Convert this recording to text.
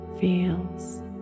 feels